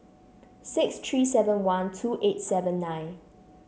six three seven one two eight seven nine